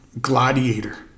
gladiator